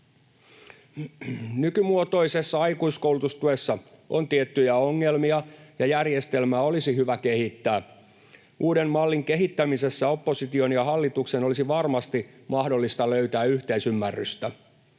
Nykymuotoisessa aikuiskoulutustuessa on tiettyjä ongelmia, ja järjestelmää olisi hyvä kehittää. Uuden mallin kehittämisessä opposition ja hallituksen olisi varmasti mahdollista löytää yhteisymmärrystä.